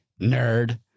nerd